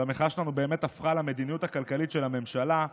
והמחאה שלנו באמת הפכה למדיניות הכלכלית של הממשלה.